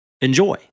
Enjoy